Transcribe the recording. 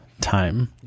time